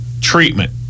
treatment